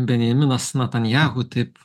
benjaminas natanjahu taip